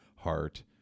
heart